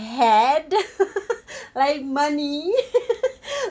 had like money